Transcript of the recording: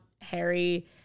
Harry